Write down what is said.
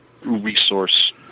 resource